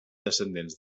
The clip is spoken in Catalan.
descendents